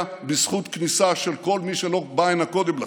בזכות כניסה של כל מי שלא בא הנה קודם לכן.